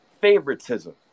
favoritism